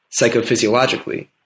psychophysiologically